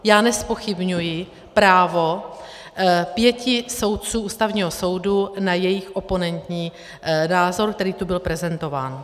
Já nezpochybňuji právo pěti soudců Ústavního soudu na jejich oponentní názor, který tu byl prezentován.